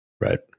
Right